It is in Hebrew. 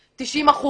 90%,